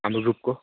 हाम्रो ग्रुपको